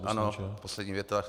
Ano, poslední věta.